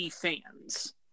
fans